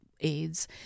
aids